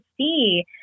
see